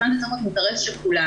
לכן זה צריך להיות אינטרס של כולנו.